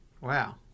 Wow